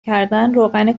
کردن، روغن